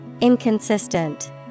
Inconsistent